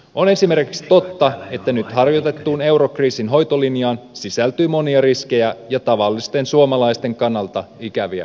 on esimerkiksi totta että nyt harjoitettuun eurokriisin hoitolinjaan sisältyy monia riskejä ja tavallisten suomalaisten kannalta ikäviä asioita